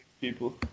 people